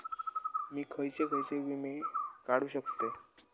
मी खयचे खयचे विमे काढू शकतय?